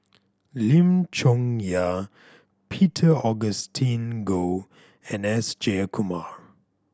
Lim Chong Yah Peter Augustine Goh and S Jayakumar